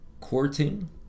courting